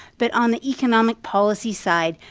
but on the economic policy side,